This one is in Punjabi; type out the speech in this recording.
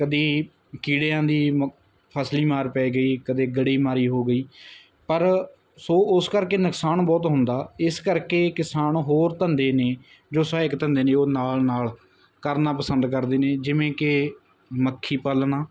ਕਦੀ ਕੀੜਿਆਂ ਦੀ ਫਸਲੀ ਮਾਰ ਪੈ ਗਈ ਕਦੇ ਗੜੇ ਮਾਰੀ ਹੋ ਗਈ ਪਰ ਸੋ ਉਸ ਕਰਕੇ ਨੁਕਸਾਨ ਬਹੁਤ ਹੁੰਦਾ ਇਸ ਕਰਕੇ ਕਿਸਾਨ ਹੋਰ ਧੰਦੇ ਨੇ ਜੋ ਸਹਾਇਕ ਧੰਦੇ ਨੇ ਉਹ ਨਾਲ ਨਾਲ ਕਰਨਾ ਪਸੰਦ ਕਰਦੇ ਨੇ ਜਿਵੇਂ ਕਿ ਮੱਖੀ ਪਾਲਣਾ